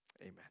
Amen